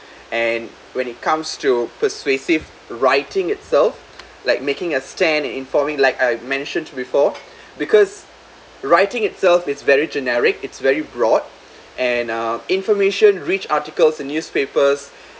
and when it comes to persuasive writing itself like making a stand in for me like I mentioned before because writing itself it's very generic it's very broad and uh information reach articles in newspapers